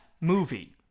movie